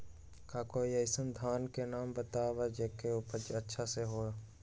का कोई अइसन धान के नाम बताएब जेकर उपज अच्छा से होय?